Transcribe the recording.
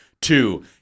Two